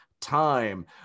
time